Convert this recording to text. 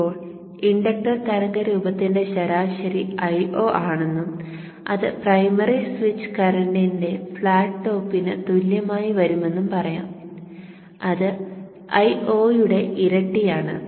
ഇപ്പോൾ ഇൻഡക്ടർ തരംഗ രൂപത്തിന്റെ ശരാശരി Io ആണെന്നും അത് പ്രൈമറി സ്വിച്ച് കറന്റിന്റെ ഫ്ലാറ്റ് ടോപ്പിനു തത്തുല്യമായി വരുമെന്നും പറയാം അത് Io യുടെ ഇരട്ടിയാണ്